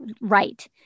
right